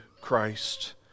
Christ